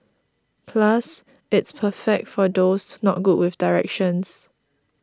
plus it's perfect for those not good with directions